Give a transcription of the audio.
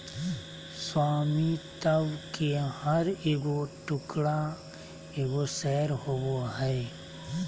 स्वामित्व के हर एगो टुकड़ा एगो शेयर होबो हइ